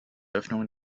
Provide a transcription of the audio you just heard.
eröffnung